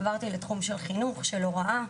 ועברתי לתחום החינוך וההוראה.